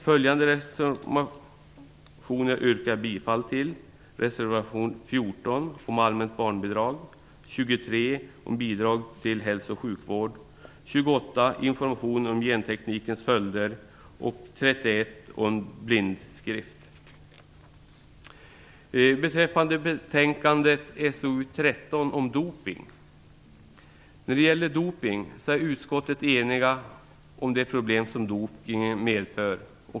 Följande reservationer yrkar jag bifall till: reservation 14 om allmänt barnbidrag, nr 23 om bidrag till hälso och sjukvård, nr 28 Sedan till betänkande SoU13 om dopning. Utskottet är enigt om de problem som dopningen medför.